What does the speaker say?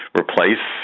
replace